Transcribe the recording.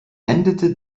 endete